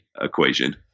equation